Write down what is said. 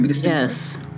Yes